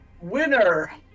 winner